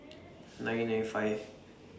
nine nine five